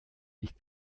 ich